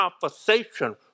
conversation